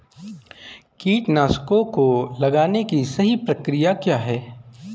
कीटनाशकों को लगाने की सही प्रक्रिया क्या है?